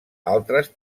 altres